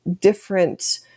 different